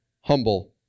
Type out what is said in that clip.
humble